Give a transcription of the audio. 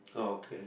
okay